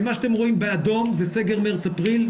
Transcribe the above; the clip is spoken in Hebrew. מה שאתם רואים באדום זה סגר מארס- אפריל,